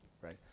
right